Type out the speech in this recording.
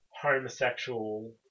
homosexual